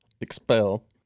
Expel